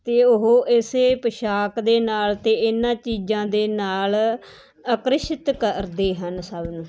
ਅਤੇ ਉਹ ਇਸ ਪੁਸ਼ਾਕ ਦੇ ਨਾਲ ਅਤੇ ਇਹਨਾਂ ਚੀਜ਼ਾਂ ਦੇ ਨਾਲ ਆਕਰਿਸ਼ਤ ਕਰਦੇ ਹਨ ਸਭ ਨੂੰ